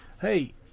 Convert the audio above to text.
Hey